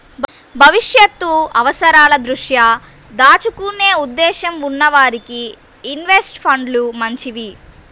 భవిష్యత్తు అవసరాల దృష్ట్యా దాచుకునే ఉద్దేశ్యం ఉన్న వారికి ఇన్వెస్ట్ ఫండ్లు మంచివి